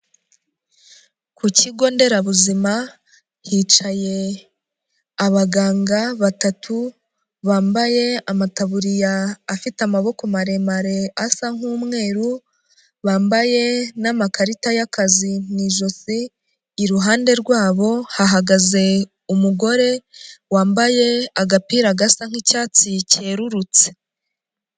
Ku kigo nderabuzima, hicaye abaganga batatu, bambaye amatabuririya afite amaboko maremare asa nk'umweru, bambaye n'amakarita y'akazi mu ijosi, iruhande rwabo hahagaze umugore, wambaye agapira gasa nk'icyatsi cyerurutse.